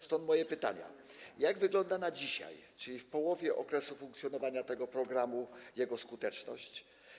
Stąd moje pytania: Jak wygląda na dzisiaj, czyli w połowie okresu funkcjonowania tego programu, jego skuteczność?